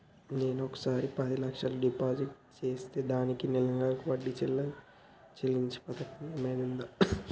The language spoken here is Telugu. నేను ఒకేసారి పది లక్షలు డిపాజిట్ చేస్తా దీనికి నెల నెల వడ్డీ చెల్లించే పథకం ఏమైనుందా?